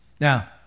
Now